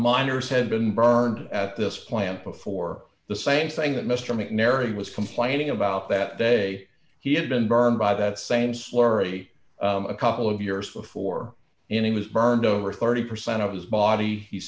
miners had been burned at this plant before the same thing that mr mcnary was complaining about that day he had been burned by that same slurry a couple of years before and it was burned over thirty percent of his body